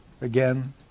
again